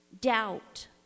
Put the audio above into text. Doubt